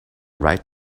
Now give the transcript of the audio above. right